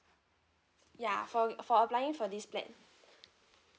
ya for for applying for this plan